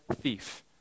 thief